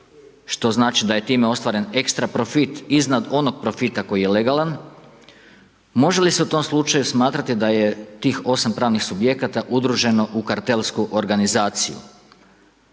što znači da je time ostvaren extra profit iznad onog profita koji je legalan. Može li se u tom slučaju smatrati da je tih 8 pravnih subjekata udruženo u kartelsku organizaciju.